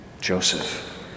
Joseph